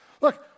Look